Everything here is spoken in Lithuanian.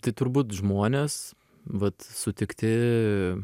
tai turbūt žmonės vat sutikti